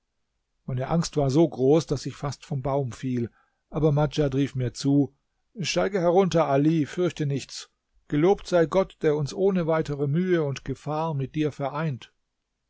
meine angst war so groß daß ich fast vom baum fiel aber madjad rief mir zu steige herunter ali fürchte nichts gelobt sei gott der uns ohne weitere mühe und gefahr mit dir vereint